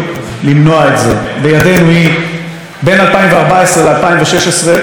בין 2014 ל-2016 שוחררו כ-200 אסירים ביטחוניים בקיצור שהות,